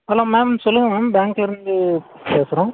hello ma'am சொல்லுங்கள் ma'am பேங்க்லிருந்து பேசுகிறோம்